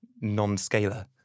Non-scalar